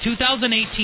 2018